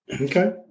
okay